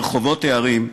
ברחובות הערים,